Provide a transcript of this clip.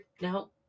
No